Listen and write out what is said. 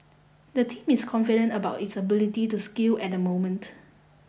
the team is confident about its ability to scale at the moment